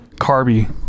Carby